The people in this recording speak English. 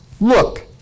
Look